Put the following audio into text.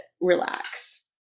relax